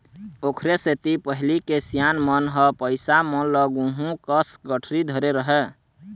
ओखरे सेती पहिली के सियान मन ह पइसा मन ल गुहूँ कस गठरी धरे रहय